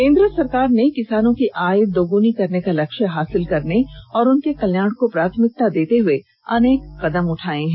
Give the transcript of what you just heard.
केंद्र सरकार ने किसानों की आय दोगुनी करने का लक्ष्य हासिल करने और उनके कल्याण को प्राथमिकता देते हुए अनेक कदम उठाए हैं